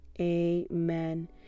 Amen